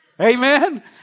Amen